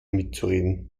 mitzureden